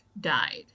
died